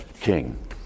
king